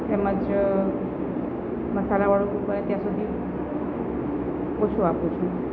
તેમજ મસાલાવાળું બને ત્યાં સુધી ઓછું આપું છું